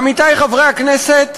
עמיתי חברי הכנסת,